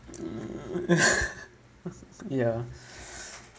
mm ya